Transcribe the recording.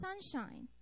sunshine